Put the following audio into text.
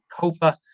Copa